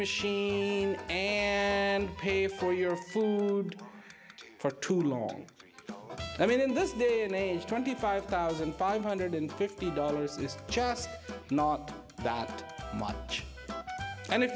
machine and pay for your food for too long i mean in this day and age twenty five thousand five hundred fifty dollars is just not that much and if